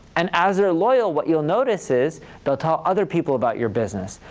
and as they're loyal, what you'll notice is they'll tell other people about your business,